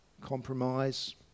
compromise